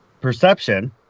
perception